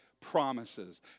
promises